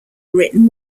written